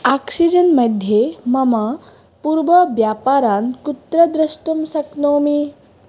oxygen मध्ये मम पूर्वव्यापारान् कुत्र द्रष्टुं शक्नोमि